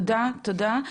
תודה תודה.